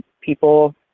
people